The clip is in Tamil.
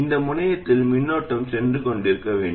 அந்த முனையத்தில் மின்னோட்டம் சென்று கொண்டிருக்க வேண்டும்